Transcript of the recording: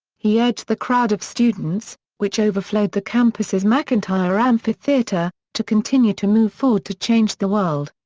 he urged the crowd of students, which overflowed the campus's mcintire amphitheatre, to continue to move forward to change the world.